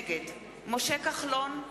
נגד משה כחלון,